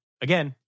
again